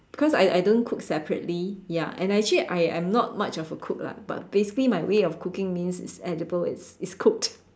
because I I don't cook separately ya and I actually I I'm not much of a cook lah but basically my way of cooking means it's edible it's it's cooked